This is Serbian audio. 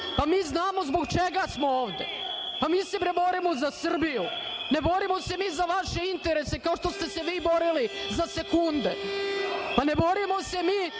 pa mi znamo zbog čega smo ovde, pa mi se borimo za Srbiju, ne borimo se mi za vaše interese, kao što ste se vi borili za sekunde. Ne borimo se mi